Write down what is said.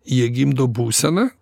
jie gimdo būseną